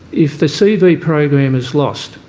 if the cv program is lost,